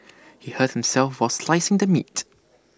he hurt himself while slicing the meat